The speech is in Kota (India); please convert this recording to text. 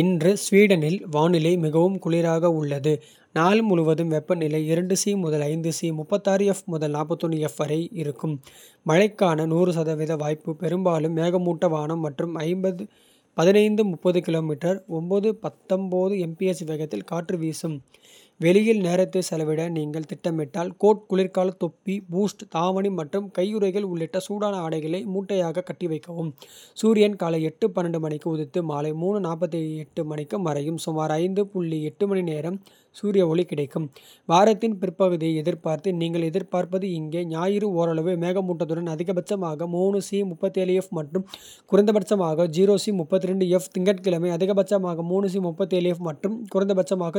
இன்று ஸ்வீடனின் வானிலை மிகவும் குளிராக உள்ளது. நாள் முழுவதும் வெப்பநிலை முதல். முதல் வரை வரை இருக்கும் மழைக்கான. வாய்ப்புள்ள பெரும்பாலும் மேகமூட்டமான. வானம் மற்றும் வேகத்தில் காற்று வீசும். வெளியில் நேரத்தை செலவிட நீங்கள் திட்டமிட்டால் கோட். குளிர்கால தொப்பி பூட்ஸ் தாவணி மற்றும் கையுறைகள். உள்ளிட்ட சூடான ஆடைகளை மூட்டையாகக் கட்டிவைக்கவும். சூரியன் காலை மணிக்கு உதித்து மாலை மணிக்கு. மறையும் சுமார் மணிநேரம் சூரிய ஒளி கிடைக்கும். வாரத்தின் பிற்பகுதியை எதிர்பார்த்து நீங்கள் எதிர்பார்ப்பது இங்கே. ஞாயிறு ஓரளவு மேகமூட்டத்துடன் அதிகபட்சமாக. மற்றும் குறைந்தபட்சமாக திங்கட்கிழமை. அதிகபட்சமாக மற்றும் குறைந்தபட்சமாக.